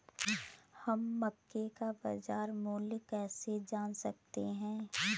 हम मक्के का बाजार मूल्य कैसे जान सकते हैं?